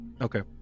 Okay